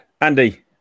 Andy